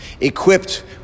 equipped